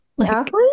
athlete